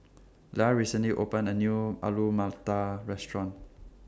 Lia recently opened A New Alu Matar Restaurant